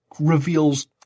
reveals